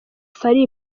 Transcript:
fally